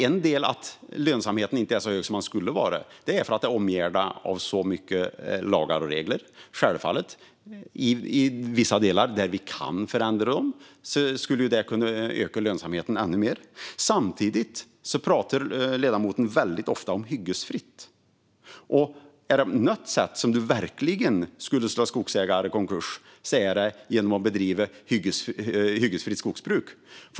En del i att lönsamheten inte är så stor som den skulle kunna vara är att den omgärdas av så många lagar och regler. Självfallet är det så att om vi kan förändra dessa i vissa delar skulle det kunna öka lönsamheten ännu mer. Samtidigt pratar ledamoten väldigt ofta om hyggesfritt. Är det något som verkligen skulle sätta skogsägare i konkurs så är det att bedriva hyggesfritt skogsbruk.